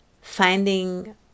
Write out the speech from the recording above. finding